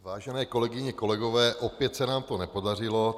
Vážené kolegyně, kolegové, opět se nám to nepodařilo.